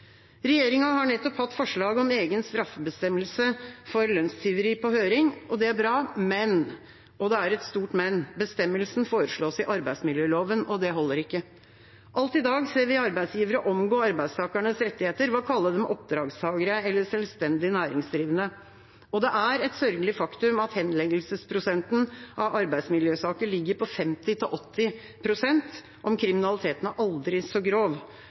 Regjeringa har nettopp hatt forslag om egen straffebestemmelse for lønnstyveri på høring, og det er bra, men – og det er et stort men – bestemmelsen foreslås i arbeidsmiljøloven, og det holder ikke. Alt i dag ser vi arbeidsgivere omgå arbeidstakernes rettigheter ved å kalle dem oppdragstakere eller selvstendig næringsdrivende. Og det er et sørgelig faktum at henleggelsesprosenten av arbeidsmiljøsaker ligger på 50 pst.–80 pst., om kriminaliteten er aldri så grov.